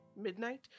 midnight